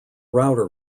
router